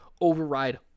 override